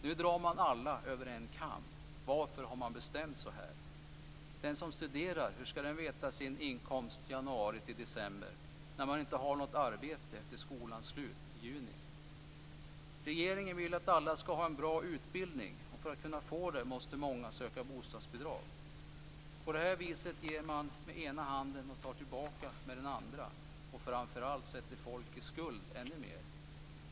Nu drar man alla över en kam. Varför har man bestämt så här? De som studerar, hur ska de veta sin inkomst januari-december när man inte har något arbete efter skolans slut i juni? Regeringen vill att alla ska ha en bra utbildning, för att kunna få det måste många söka bostadsbidrag. På det här viset ger man med ena handen och tar tillbaka med den andra och framför allt sätter folk i skuld ännu mer.